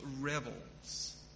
rebels